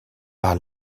par